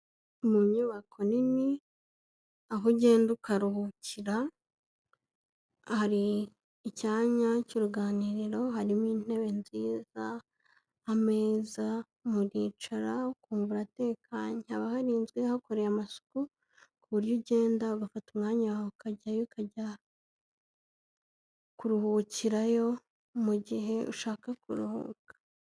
Mu nyubako nini aho ugenda ukaruhukira. Hari icyanya cy'uruganiriro, harimo intebe nziza, ameza, muricara ukumva uratekanye. Haba harinzwe, hakoreye amasuku ku buryo ugenda ugafata umwanya wawe ukajyayo ukajya kuruhukirayo mu gihe ushaka kuruhuka.